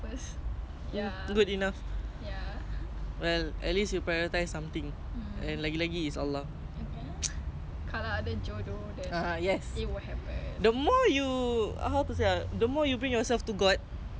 the more that allah is going to give you like the better things lah you know what okay lah dini pun tengah try her best to macam dekat dengan aku K lah bukan serius ah ujian sikit sikit sikit sikit okay kasi dia macam